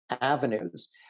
avenues